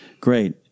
Great